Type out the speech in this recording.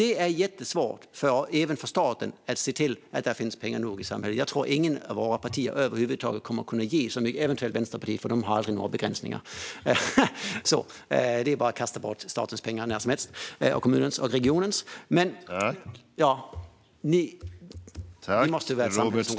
Det är jättesvårt, även för staten, att se till att det finns tillräckligt med pengar i samhället. Jag tror inte att något av våra partier över huvud taget kommer att kunna ge så mycket. Det skulle eventuellt vara Vänsterpartiet, för de har aldrig några begränsningar - det är bara att kasta bort statens, kommunernas och regionernas pengar när som helst.